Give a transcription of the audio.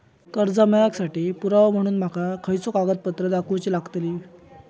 कर्जा मेळाक साठी पुरावो म्हणून माका खयचो कागदपत्र दाखवुची लागतली?